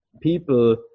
people